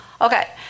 Okay